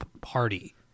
party